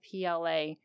PLA